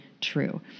true